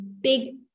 big